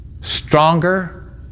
stronger